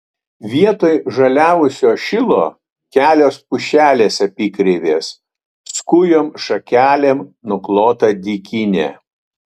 vietoj žaliavusio šilo kelios pušelės apykreivės skujom šakelėm nuklota dykynė